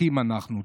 אחים אנחנו.